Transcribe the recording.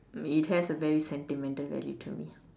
it has a very sentimental value to me